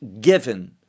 given